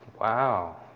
wow